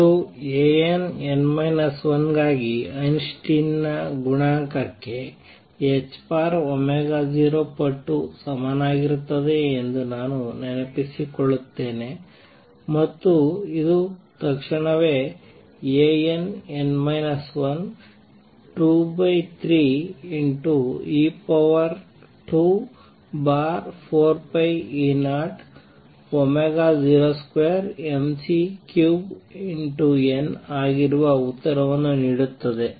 ಇದು Ann 1 ಗಾಗಿ Einstein ನ ಗುಣಾಂಕಕ್ಕೆ 0ಪಟ್ಟು ಸಮನಾಗಿರುತ್ತದೆ ಎಂದು ನಾನು ನೆನಪಿಸಿಕೊಳ್ಳುತ್ತೇನೆ ಮತ್ತು ಇದು ತಕ್ಷಣವೇ Ann 1 23e24π002mc3n ಆಗಿರುವ ಉತ್ತರವನ್ನು ನೀಡುತ್ತದೆ